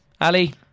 Ali